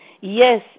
Yes